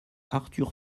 arthur